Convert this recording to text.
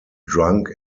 drunk